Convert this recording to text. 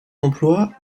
emploi